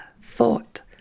thought